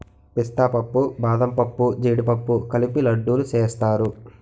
పిస్తా పప్పు బాదంపప్పు జీడిపప్పు కలిపి లడ్డూలు సేస్తారు